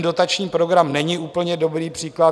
Dotační program není úplně dobrý příklad.